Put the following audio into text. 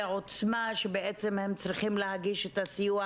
עוצמה שבעצם הם צריכים להגיש את הסיוע